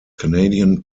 canadian